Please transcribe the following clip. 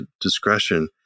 discretion